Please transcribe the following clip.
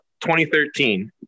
2013